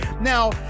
now